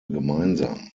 gemeinsam